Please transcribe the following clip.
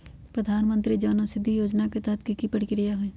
प्रधानमंत्री जन औषधि योजना के तहत की की प्रक्रिया होई?